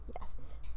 yes